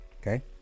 Okay